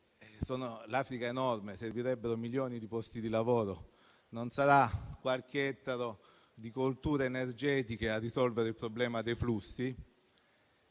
l'Africa è enorme, servirebbero milioni di posti di lavoro; non sarà qualche ettaro di colture energetiche a risolvere il problema dei flussi.